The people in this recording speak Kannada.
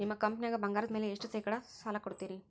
ನಿಮ್ಮ ಕಂಪನ್ಯಾಗ ಬಂಗಾರದ ಮ್ಯಾಲೆ ಎಷ್ಟ ಶೇಕಡಾ ಸಾಲ ಕೊಡ್ತಿರಿ?